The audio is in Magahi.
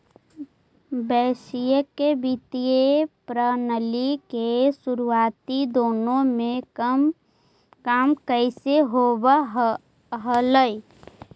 वैश्विक वित्तीय प्रणाली के शुरुआती दिनों में काम कैसे होवअ हलइ